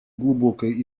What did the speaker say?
глубокой